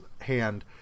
hand